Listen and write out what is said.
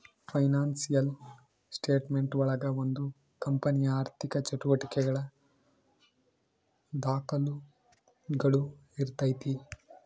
financial statement ಒಳಗ ಒಂದು ಕಂಪನಿಯ ಆರ್ಥಿಕ ಚಟುವಟಿಕೆಗಳ ದಾಖುಲುಗಳು ಇರ್ತೈತಿ